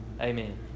Amen